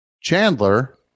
Chandler